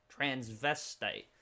transvestite